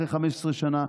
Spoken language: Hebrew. אחרי 15 שנה,